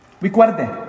Recuerde